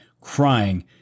crying